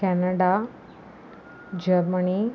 Canada Germany